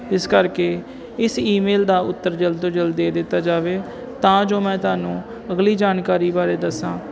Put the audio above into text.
ਇਸ ਕਰਕੇ ਇਸ ਈਮੇਲ ਦਾ ਉੱਤਰ ਜਲਦ ਤੋਂ ਜਲਦ ਦੇ ਦਿੱਤਾ ਜਾਵੇ ਤਾਂ ਜੋ ਮੈਂ ਤੁਹਾਨੂੰ ਅਗਲੀ ਜਾਣਕਾਰੀ ਬਾਰੇ ਦੱਸਾਂ